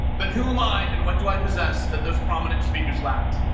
but who am i and what do i possess that those prominent speakers lacked